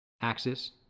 axis